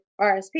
RSP